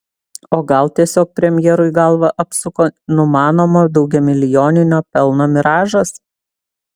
o gal tiesiog premjerui galvą apsuko numanomo daugiamilijoninio pelno miražas